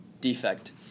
defect